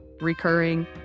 recurring